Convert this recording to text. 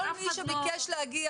כל מי שביקש להגיע,